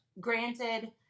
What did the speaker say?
granted